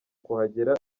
kuhagera